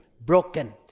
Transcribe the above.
broken